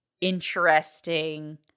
interesting